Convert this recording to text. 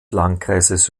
landkreises